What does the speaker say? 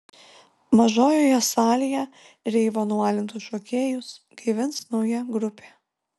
mažojoje salėje reivo nualintus šokėjus gaivins nauja grupė